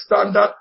standard